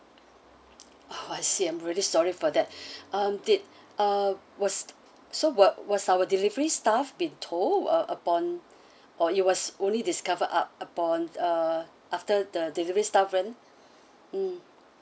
oh I see I'm really sorry for that um did uh was so what was our delivery staff been told uh upon or it was only discover up upon uh after the delivery staff went mm